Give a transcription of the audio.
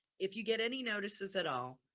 if you get any notices at all,